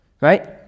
right